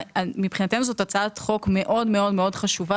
מבחינתנו זאת הצעת חוק מאוד מאוד מאוד חשובה